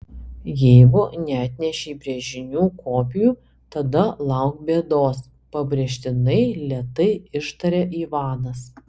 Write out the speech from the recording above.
jeigu neatnešei brėžinių kopijų tada lauk bėdos pabrėžtinai lėtai ištarė ivanas